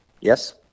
Yes